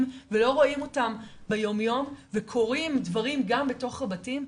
ולא רואים אותם ביום יום וקורים דברים גם בתוך הבתים,